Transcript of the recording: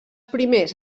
primers